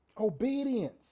Obedience